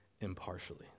impartially